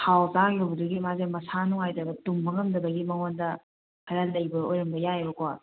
ꯊꯥꯎ ꯆꯥꯈꯤꯕꯗꯒꯤ ꯃꯥꯁꯦ ꯃꯁꯥ ꯅꯨꯡꯉꯥꯏꯇꯕ ꯇꯨꯝꯕ ꯉꯝꯗꯕꯒꯤ ꯃꯥꯉꯣꯟꯗ ꯈꯔ ꯂꯩꯕ ꯑꯣꯏꯔꯝꯕ ꯌꯥꯏꯌꯦꯕꯀꯣ